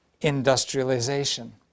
industrialization